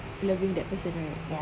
loving that person right